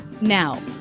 now